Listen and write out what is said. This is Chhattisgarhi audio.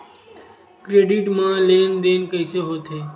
क्रेडिट मा लेन देन कइसे होथे?